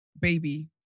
baby